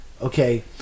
okay